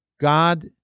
God